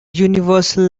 universal